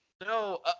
No